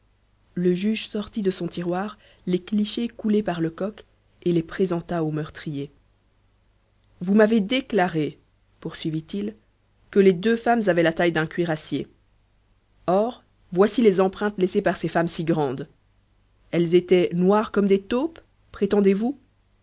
le juge sortit de son tiroir les clichés coulés par lecoq et les présenta au meurtrier vous m'avez déclaré poursuivit-il que les deux femmes avaient la taille d'un cuirassier or voici les empreintes laissées par ces femmes si grandes elles étaient noires comme des taupes prétendez-vous